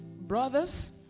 brothers